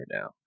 now